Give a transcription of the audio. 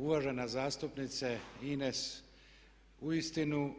Uvažena zastupnice Ines, uistinu